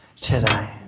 today